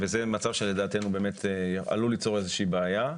זה מצב שלדעתנו עלול ליצור איזושהי בעיה.